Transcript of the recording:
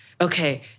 okay